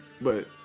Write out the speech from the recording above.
but-